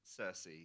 Cersei